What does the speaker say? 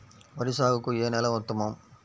వరి సాగుకు ఏ నేల ఉత్తమం?